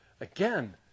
Again